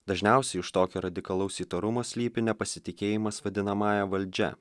dažniausiai už tokio radikalaus įtarumo slypi nepasitikėjimas vadinamąja valdžia